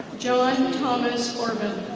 johen thomas orban.